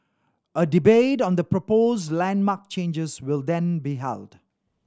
a debate on the proposed landmark changes will then be held